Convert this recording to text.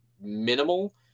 minimal